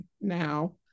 now